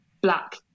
black